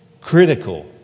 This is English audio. critical